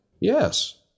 Yes